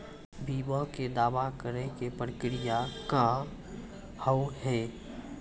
बीमा के दावा करे के प्रक्रिया का हाव हई?